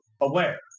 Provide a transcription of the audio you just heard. aware